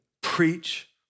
preach